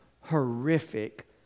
horrific